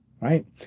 right